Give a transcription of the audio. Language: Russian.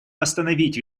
восстановить